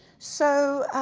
so,